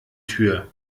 tür